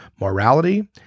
Morality